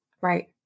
Right